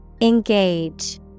Engage